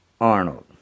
Arnold